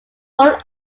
all